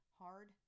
hard